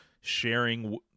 sharing